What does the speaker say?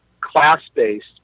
class-based